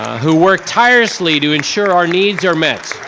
who work tirelessly to ensure our needs are met.